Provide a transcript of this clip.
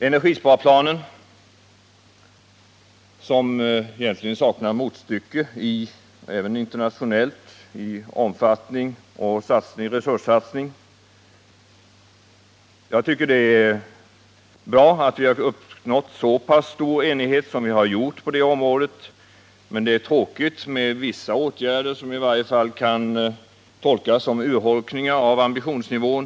Energisparplanen för befintlig bebyggelse, som egentligen saknar motstycke även internationellt i omfattning och resurssatsning. Jag tycker det är bra att vi har uppnått så pass stor enighet som vi har gjort på det området, men det är tråkigt att vissa åtgärder har vidtagits som i varje fall kan tolkas som urholkningar av ambitionsnivån.